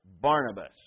Barnabas